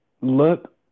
look